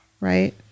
right